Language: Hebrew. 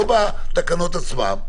לא בתקנות עצמן,